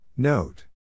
Note